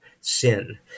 sin